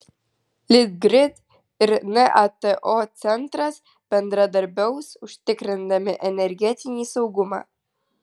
litgrid ir nato centras bendradarbiaus užtikrindami energetinį saugumą